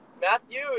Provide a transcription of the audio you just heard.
Matthew